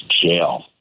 jail